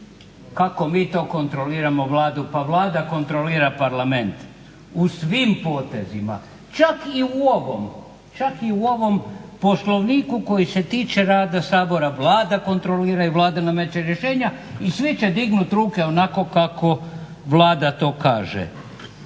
ako mi to kontroliramo Vladu, pa Vlada kontrolira Parlament u svim potezima, čak i u ovom Poslovniku koji se tiče rada Sabora, Vlada kontrolira i Vlada nameče rješenja. I svi će dignut ruke onako kako Vlada to kaže.